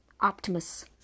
Optimus